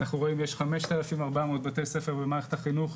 אנחנו רואים יש 5,400 בתי ספר במערכת החינוך,